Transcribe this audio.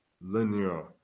linear